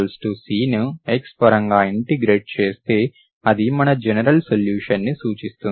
xyx2eyC ను x పరంగా integrate చేస్తే అది మన జనరల్ సొల్యూషన్ ని సూచిస్తుంది